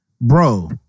bro